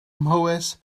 mhowys